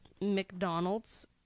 McDonald's